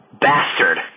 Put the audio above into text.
bastard